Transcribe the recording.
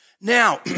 Now